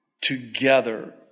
together